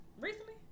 Recently